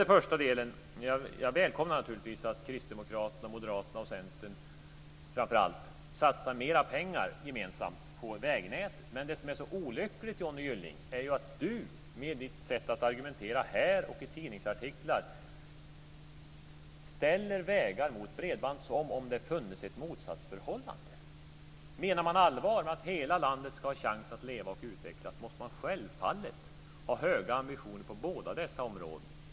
Jag välkomnar naturligtvis att Kristdemokraterna, Moderaterna och Centern framför allt satsar mera pengar gemensamt på vägnätet. Men det som är så olyckligt är att Johnny Gylling med sitt sätt att argumentera här och i tidningsartiklar ställer vägar mot bredband som om det funnes ett motsatsförhållande. Menar man allvar med att hela landet ska ha chans att leva och utvecklas måste man självfallet ha höga ambitioner på båda dessa områden.